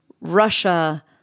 Russia